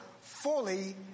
fully